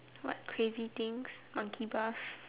what crazy things monkey bars